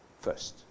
First